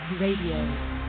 Radio